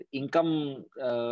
income